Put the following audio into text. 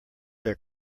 their